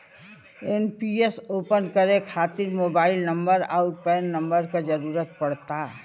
NPS open करे खातिर mobile number आउर पैन नंबर क जरुरत पड़ला